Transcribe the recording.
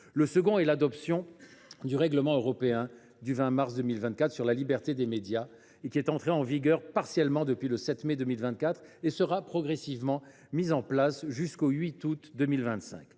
Le second est l’adoption du règlement européen du 20 mars 2024 sur la liberté des médias, qui est entré en vigueur partiellement depuis le 7 mai 2024 et sera progressivement mis en place jusqu’au 8 août 2025.